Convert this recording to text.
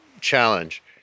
challenge